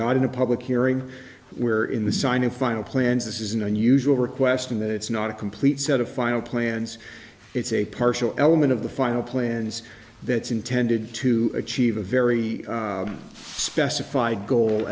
not in a public hearing where in the signing final plans this is an unusual request in that it's not a complete set of final plans it's a partial element of the final plans that's intended to achieve a very specify goal